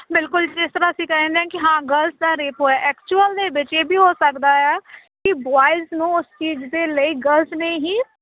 ਬਿਲਕੁਲ ਜਿਸ ਤਰਾਂ ਅਸੀਂ ਕਹਿਦੇ ਕਿ ਹਾਂ ਗਰਲਜ਼ ਦਾ ਰੇਪ ਹੋਇਆ ਐਕਚੁਅਲ ਦੇ ਵਿੱਚ ਇਹ ਵੀ ਹੋ ਸਕਦਾ ਆ ਕਿ ਬੋਇਸ ਨੂੰ ਉਸ ਚੀਜ਼ ਦੇ ਲਈ ਗਰਲਜ਼ ਨੇ ਹੀ